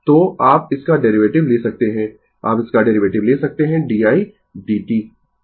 तो आप इसका डेरीवेटिव ले सकते है आप इसका डेरीवेटिव ले सकते है d i d t